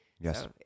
yes